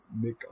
make